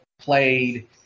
played